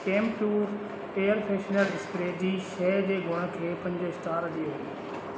Campure air freshener spray जी शइ जे गुण खे पंज स्टार ॾियो